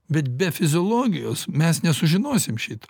bet be fiziologijos mes nesužinosim šito